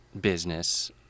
business